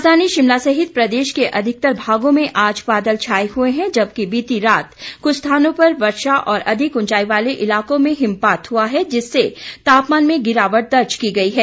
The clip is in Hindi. राजधानी शिमला सहित प्रदेश के अधिकतर भागों में आज बादल छाये हुए हैं जबकि बीती रात कुछ स्थानों पर वर्षा और अधिक उंचाई वाले इलाकों में हिमपात हुआ है जिससे तापमान में गिरावट दर्ज की गई है